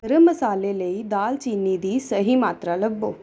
ਗਰਮ ਮਸਾਲੇ ਲਈ ਦਾਲਚੀਨੀ ਦੀ ਸਹੀ ਮਾਤਰਾ ਲੱਭੋ